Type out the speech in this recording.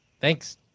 Thanks